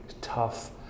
tough